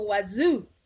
wazoo